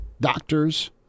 doctors